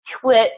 twit